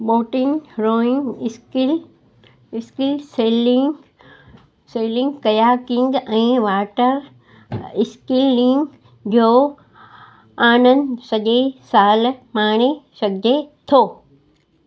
boating rowing skills skills sailing sailing kayaking ऐं water skiing जो आनंदु सॼे सालु माणे सघिजे थो